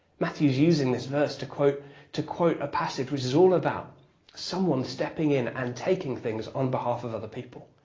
matthew's using this verse to quote to quote a passage which is all about someone stepping in and taking things on behalf of other people.